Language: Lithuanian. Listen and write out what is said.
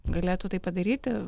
galėtų tai padaryti